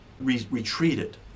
retreated